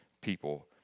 people